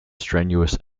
strenuous